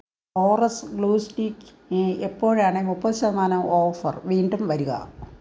chorus glue stick എപ്പോഴാണ് മുപ്പത് ശതമാനം ഓഫർ വീണ്ടും വരിക